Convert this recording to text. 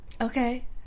okay